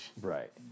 Right